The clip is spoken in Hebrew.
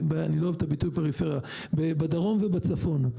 אני לא אוהב את המילה פריפריה בדרום ובצפון.